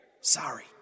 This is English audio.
Sorry